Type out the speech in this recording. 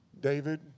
David